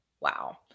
Wow